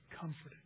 comforted